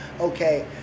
okay